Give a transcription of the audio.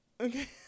okay